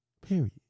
Period